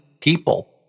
people